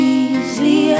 easily